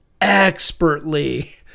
expertly